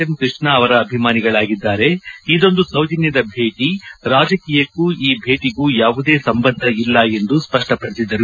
M Krishna ಅಭಿಮಾನಿಗಳಾಗಿದ್ದಾರೆ ಇದೊಂದು ಸೌಜನ್ಥದ ಭೇಟಿ ರಾಜಕೀಯಕ್ಕೂ ಈ ಭೇಟಿಗೂ ಯಾವುದೇ ಸಂಬಂಧ ಇಲ್ಲ ಎಂದು ಸ್ಪಷ್ಟಪಡಿಸಿದರು